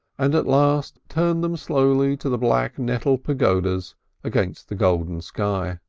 and at last turned them slowly to the black nettle pagodas against the golden sky.